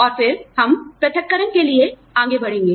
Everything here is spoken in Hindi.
और फिर हम विप्रलंभपृथक्करण के लिए आगे बढ़ेंगे